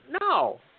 No